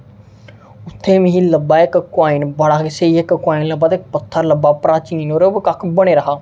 उ'त्थें मिगी लब्भा इक काॅइन बड़ा गै स्हेई इक काॅइन लब्भा ते पत्थर लब्भा प्राचीन होर ओह्दे उप्पर कक्ख बने दा हा